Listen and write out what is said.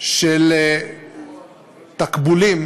של תקבולים